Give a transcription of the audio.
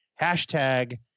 hashtag